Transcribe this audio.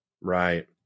right